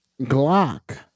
Glock